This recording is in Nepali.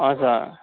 हजुर